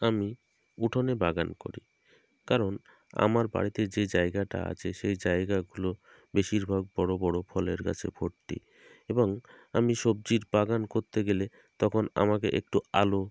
আমি উঠোনে বাগান করি কারণ আমার বাড়িতে যে জায়গাটা আছে সেই জায়গাগুলো বেশিরভাগ বড় বড় ফলের গাছে ভর্তি এবং আমি সবজির বাগান করতে গেলে তখন আমাকে একটু আলো